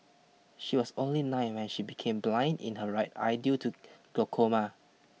she was only nine when she became blind in her right eye due to glaucoma